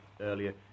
earlier